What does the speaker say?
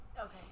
Okay